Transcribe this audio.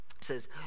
says